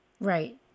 Right